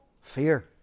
fear